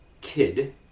kid